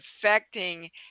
affecting